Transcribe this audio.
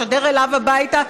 לשדר אליו הביתה,